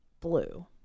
blue